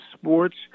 sports